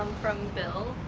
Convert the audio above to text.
from bill